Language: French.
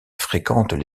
fréquentent